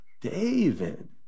David